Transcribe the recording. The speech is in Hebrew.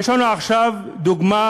יש לנו עכשיו דוגמה